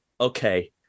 okay